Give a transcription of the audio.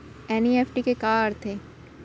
NEFT के का अर्थ है?